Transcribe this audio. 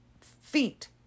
feet